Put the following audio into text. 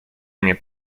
mnie